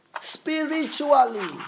Spiritually